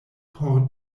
por